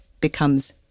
becomes